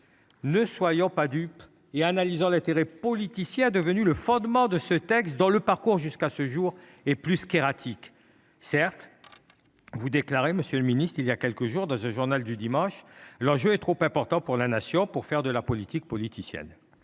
Ne soyons pas dupes et analysons l’intérêt politicien devenu le fondement de ce texte dont le parcours jusqu’à ce jour est plus qu’erratique. Certes, vous déclariez, monsieur le ministre, il y a quelques jours dans :« L’enjeu est trop important pour la Nation pour faire de la politique politicienne.